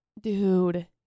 Dude